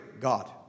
God